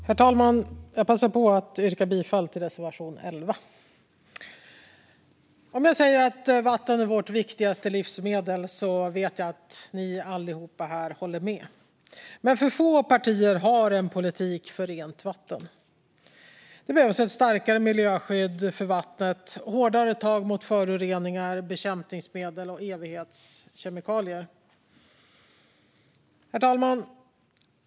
Herr talman! Jag passar på att yrka bifall till reservation 11. Om jag säger att vatten är vårt viktigaste livsmedel vet jag att ni alla håller med. Men alltför få partier har en politik för rent vatten. Det behövs ett starkare miljöskydd för vattnet och hårdare tag mot föroreningar, bekämpningsmedel och evighetskemikalier. Herr talman!